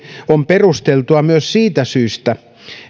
on perusteltua myös siitä syystä